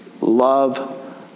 love